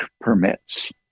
permits